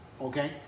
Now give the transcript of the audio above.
okay